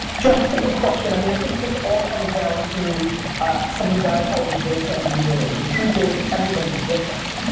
john, that's a good question. i mean, i think this all comes down to something that i call reverse engineering. the truth is everybody's different.